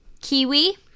Kiwi